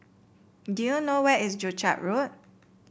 do you know where is Joo Chiat Road